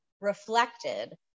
reflected